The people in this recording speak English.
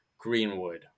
Greenwood